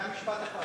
זה היה משפט אחד.